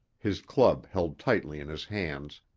his club held tightly in his hands,